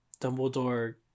Dumbledore